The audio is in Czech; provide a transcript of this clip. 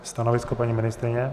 Stanovisko paní ministryně?